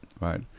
right